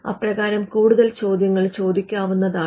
അപ്രകാരം കൂടുതൽ ചോദ്യങ്ങൾ ചോദിക്കാവുന്നതാണ്